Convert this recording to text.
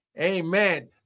Amen